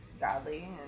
godly